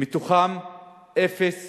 מהם אפס